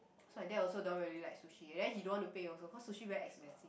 so my dad also don't really like sushi then he don't want to pay also cause sushi very expensive